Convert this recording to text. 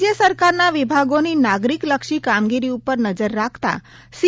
રાજ્ય સરકારના વિભાગોની નાગરિકલક્ષી કામગીરી ઉપર નજર રાખતા સી